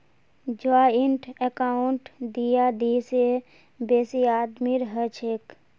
joint account दी या दी से बेसी आदमीर हछेक